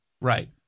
Right